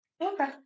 Okay